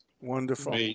Wonderful